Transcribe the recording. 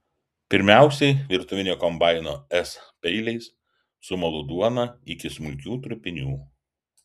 pirmiausiai virtuvinio kombaino s peiliais sumalu duoną iki smulkių trupinių